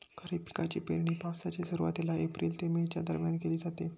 खरीप पिकांची पेरणी पावसाच्या सुरुवातीला एप्रिल ते मे च्या दरम्यान केली जाते